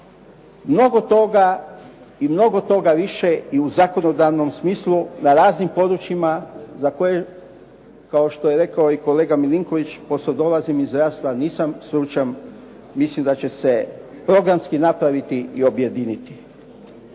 Mnogo toga i mnogo toga više i u zakonodavnom smislu na raznim područjima za koje kao što je rekao i kolega Milinković pošto dolazim iz zdravstva nisam stručan, mislim da će programski napraviti i objediniti.